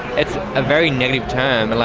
it's a very negative term.